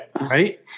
right